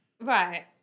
Right